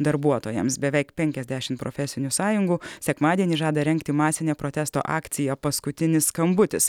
darbuotojams beveik penkiasdešimt profesinių sąjungų sekmadienį žada rengti masinę protesto akciją paskutinis skambutis